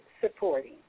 supporting